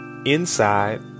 inside